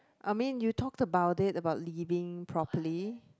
I mean you talked about it about leaving properly